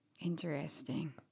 Interesting